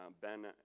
Ben